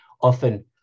often